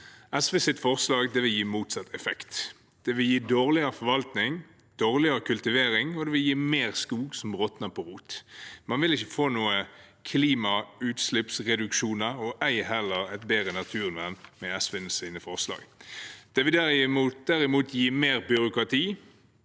SVs forslag vil gi motsatt effekt. Det vil gi dårligere forvaltning, dårligere kultivering og mer skog som råtner på rot. Man vil ikke få noen klimautslippsreduksjoner og ei heller bedre naturvern med SVs forslag. De vil derimot gi mer byråkrati